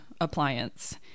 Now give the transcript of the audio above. appliance